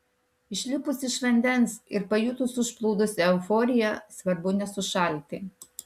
išlipus iš vandens ir pajutus užplūdusią euforiją svarbu nesušalti